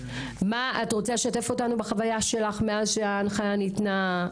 את רוצה לשתף אותנו בחוויה שלך מאז שההנחיה ניתנה?